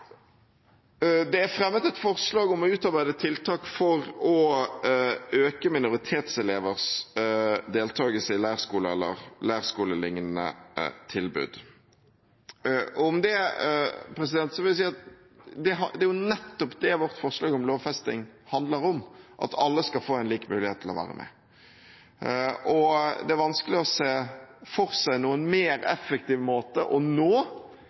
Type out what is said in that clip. Det er fremmet et forslag om å utarbeide tiltak for å øke minoritetselevers deltagelse på leirskoler eller leirskolelignende tilbud. Om dette vil jeg si at det er nettopp det vårt forslag om lovfesting handler om – at alle skal få en lik mulighet til å være med. Det er vanskelig å se for seg en mer effektiv måte å nå